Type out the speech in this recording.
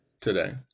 today